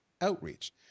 outreach